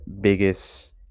biggest